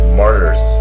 martyrs